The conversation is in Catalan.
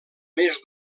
més